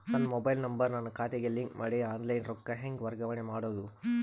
ನನ್ನ mobile number ನನ್ನ ಖಾತೆಗೆ ಲಿಂಕ್ ಮಾಡಿ ಆನ್ಲೈನ್ ರೊಕ್ಕ ಹೆಂಗ ವರ್ಗಾವಣೆ ಮಾಡೋದು?